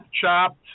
Chopped